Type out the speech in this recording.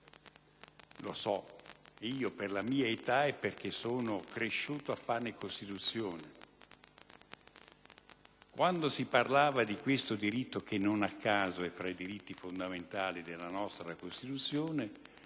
io lo so per la mia età e perché sono cresciuto a pane e Costituzione - che quando si parlava di questo diritto, che non a caso è tra i diritti fondamentali della nostra Costituzione,